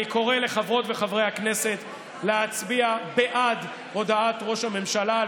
אני קורא לחברות ולחברי הכנסת להצביע בעד הודעת ראש הממשלה על